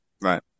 Right